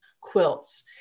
quilts